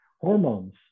hormones